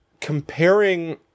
comparing